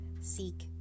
seek